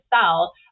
sell